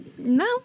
No